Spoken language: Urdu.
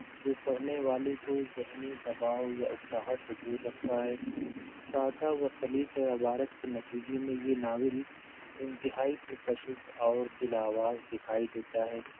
جو پڑھنے والے کو ذہنی دباؤ یا اکتاہٹ سے دور رکھتا ہے سادھا و سلیس عبارت کے نتیجے میں یہ ناول انتہائی پرکشس اور دل آواز دکھائی دیتا ہے